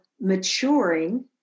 maturing